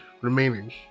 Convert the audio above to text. remaining